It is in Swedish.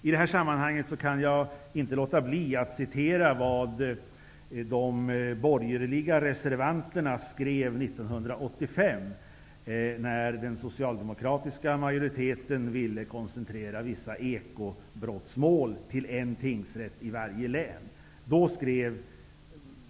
I detta sammanhang kan jag inte låta bli att citera vad de borgerliga reservanterna skrev 1985 när den socialdemokratiska majoriteten ville koncentrera vissa ekobrottmål till en tingsrätt i varje län.